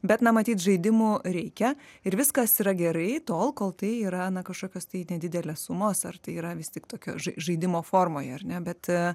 bet na matyt žaidimų reikia ir viskas yra gerai tol kol tai yra na kažkokios tai nedidelės sumos ar tai yra vis tik tokio žai žaidimo formoje ar ne bet